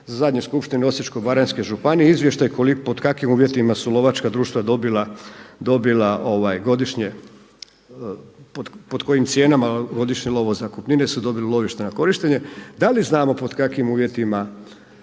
zadnje skupštine Osječko-baranjske županije, izvještaj pod kakvim uvjetima su lovačka društva dobila godišnje po kojim cijenama godišnje lovozakupnine su dobili lovište na korištenje. Da li znamo pod kakvim uvjetima